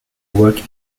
work